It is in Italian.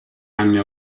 anni